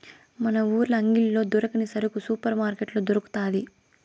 మన ఊర్ల అంగిల్లో దొరకని సరుకు సూపర్ మార్కట్లో దొరకతాది